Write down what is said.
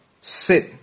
sit